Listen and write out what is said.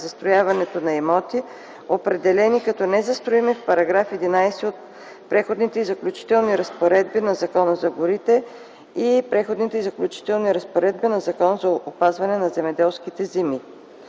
застрояването на имоти, определени като незастроими в § 11 от Преходните и заключителните разпоредби на Закона за горите и Преходните и заключителните разпоредби от Закона за опазване на земеделските земи.